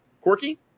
quirky